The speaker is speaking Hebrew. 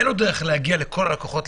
אין לו דרך להגיע לכל הלקוחות,